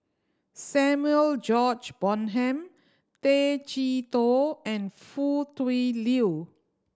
Samuel George Bonham Tay Chee Toh and Foo Tui Liew